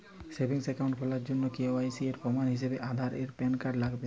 savings account খোলার জন্য KYC এর প্রমাণ হিসেবে আধার এবং প্যান কার্ড লাগবে